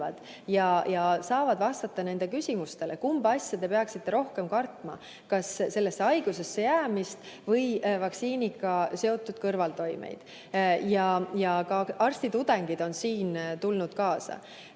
ja saavad vastata nende küsimustele, kumba asja ikkagi peaks rohkem kartma, kas sellesse haigusesse jäämist või vaktsiiniga seotud kõrvaltoimeid. Ja ka arstitudengid on siin kaasa